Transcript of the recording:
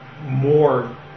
more